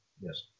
yes